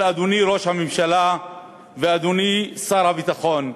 אבל, אדוני ראש הממשלה ואדוני שר הביטחון,